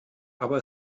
aber